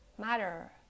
matter